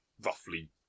roughly